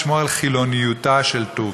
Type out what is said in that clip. לשמור על חילוניותה של טורקיה.